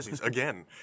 Again